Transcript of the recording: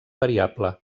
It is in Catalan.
variable